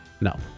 No